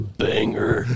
banger